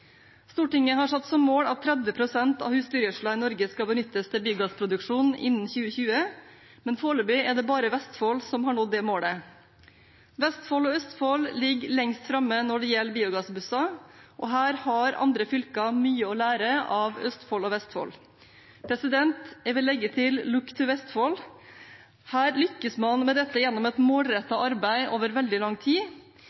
Stortinget har satt som mål at 30 pst. av husdyrgjødselen i Norge skal benyttes til biogassproduksjon innen 2020, men foreløpig er det bare Vestfold som har nådd det målet. Vestfold og Østfold ligger lengst framme når det gjelder biogassbusser, og her har andre fylker mye å lære. Jeg vil legge til: Look to Vestfold! Her har man lyktes med dette gjennom et